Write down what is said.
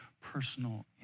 personal